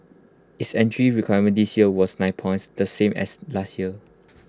its entry requirement this year was nine points the same as last year